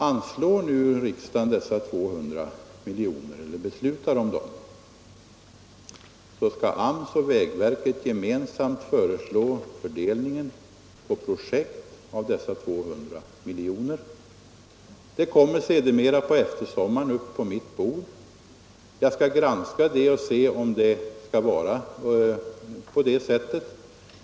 Beslutar nu riksdagen även i år om dessa 200 miljoner, skall AMS och vägverket gemensamt föreslå fördelningen på projekt av pengarna. Sedermera, på eftersommaren, kommer förslaget upp på mitt bord.